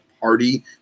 party